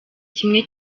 kimwe